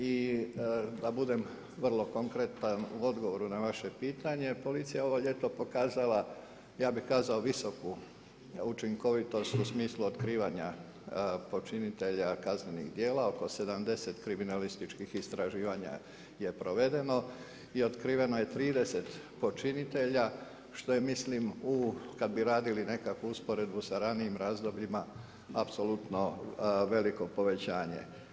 I da budem vrlo konkretan u odgovoru na vaše pitanje, policija je ovo ljeto pokazala, ja bih rekao visoku učinkovitost u smislu otkrivanja počinitelja kaznenih djela, oko 70 kriminalističkih istraživanja je provedeno i otkriveno je 30 počinitelja što je mislim u kada bi radili nekakvu usporedbu sa ranijim razdobljima apsolutno veliko povećanje.